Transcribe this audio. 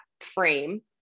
frame